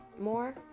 more